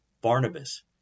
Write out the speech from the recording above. Barnabas